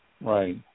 Right